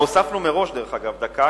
אנחנו הוספנו מראש דקה,